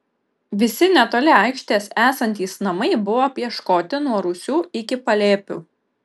visi netoli aikštės esantys namai buvo apieškoti nuo rūsių iki palėpių